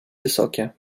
wysokie